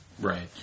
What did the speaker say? Right